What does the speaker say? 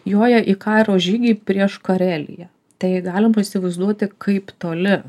joja į karo žygį prieš kareliją tai galima įsivaizduoti kaip toli